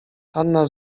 hanna